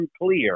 unclear